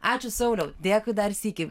ačiū sauliau dėkui dar sykį